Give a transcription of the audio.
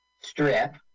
Strip